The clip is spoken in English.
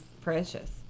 precious